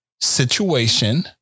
situation